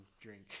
drink